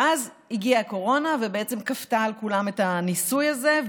ואז הגיעה הקורונה ובעצם כפתה על כולם את הניסוי הזה.